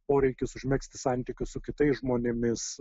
poreikis užmegzti santykius su kitais žmonėmis